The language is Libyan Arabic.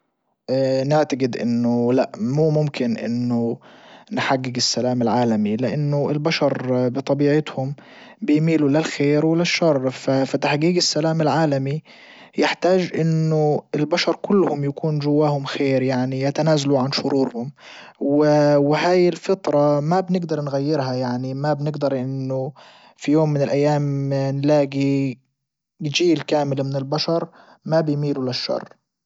نعتجد انه لا مو ممكن انه نحجج السلام العالمي لانه البشر بطبيعتهم بيميلوا للخير وللشر فتحجيج السلام العالمي يحتاج انه البشر كلهم يكون جواهم خير يعني يتنازلوا عن شرورهم وهاي الفطرة ما بنجدر نغيرها يعني ما بنجدر انه في يوم من الايام نلاجي جيل كامل من البشر ما بيميلوا للشر.